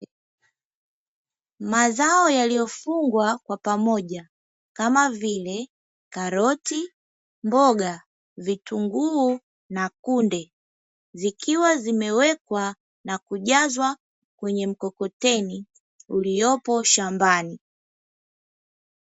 Mazao yaliyofungwa kwa pamoja kama vile karoti, mboga, vitunguu na kunde zikiwa zimewekwa na kujazwa kwenye mkokoteni uliopo shambani.